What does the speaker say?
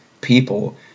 people